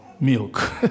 milk